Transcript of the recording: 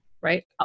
right